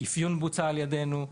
אפיון בוצע על ידינו,